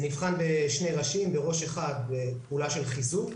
זה נבחן בשני ראשים, בראש אחד פעולה של חיזוק,